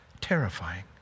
terrifying